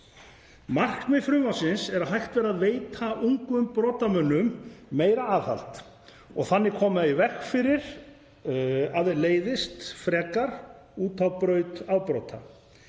Markmið frumvarpsins er að hægt verði að veita ungum brotamönnum meira aðhald og þannig koma í veg fyrir að þeir leiðist frekar út á braut frekari